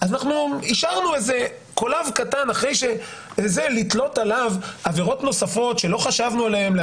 אישרנו איזה קולב קטן לתלות עליו עבירות נוספות שלא חשבנו עליהן,